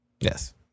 Yes